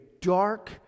dark